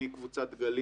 כמו קבוצת גלים,